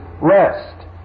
rest